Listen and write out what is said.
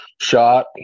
shot